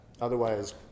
otherwise